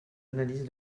analyses